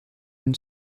une